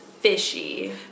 fishy